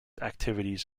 activities